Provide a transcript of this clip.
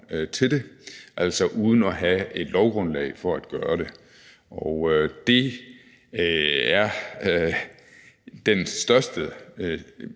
til det, altså uden at have et lovgrundlag for at gøre det. Det er den største